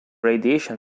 radiation